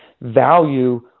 value